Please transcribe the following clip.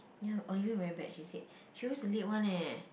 ya Olivia very bad she said she always late one leh